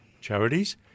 Charities